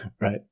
right